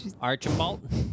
Archibald